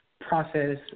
process